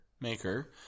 Maker